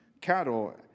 cattle